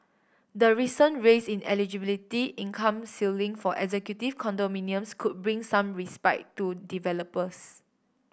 the recent raise in eligibility income ceiling for executive condominiums could bring some respite to developers